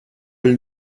will